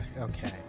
Okay